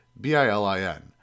BILIN